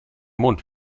mond